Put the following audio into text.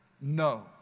No